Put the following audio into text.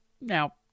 now